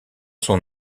son